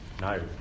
No